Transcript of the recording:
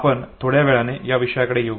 आपण थोड्या वेळाने या विषयाकडे येऊ